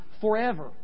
forever